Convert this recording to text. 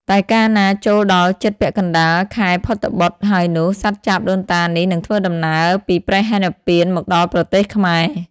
តែកាលណាចូលដល់ជិតពាក់កណ្ដាលខែភទ្របទហើយនោះ សត្វចាបដូនតានេះនឹងធ្វើដំណើរពីព្រៃហេមពាន្តមកដល់ប្រទេសខ្មែរ។